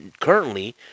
currently